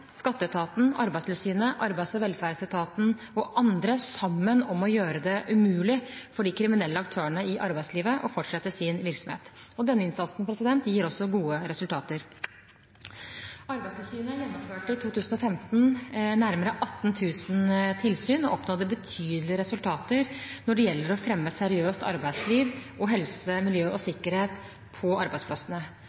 skatteetaten, Arbeidstilsynet, Arbeids- og velferdsetaten og andre sammen om å gjøre det umulig for de kriminelle aktørene i arbeidslivet å fortsette sin virksomhet. Denne innsatsen gir også gode resultater. Arbeidstilsynet gjennomførte i 2015 nærmere 18 000 tilsyn og oppnådde betydelige resultater når det gjelder å fremme et seriøst arbeidsliv og helse, miljø og